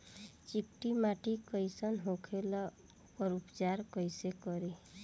चिकटि माटी कई सन होखे ला वोकर उपचार कई से करी?